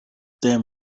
them